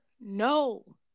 No